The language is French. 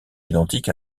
identique